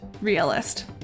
realist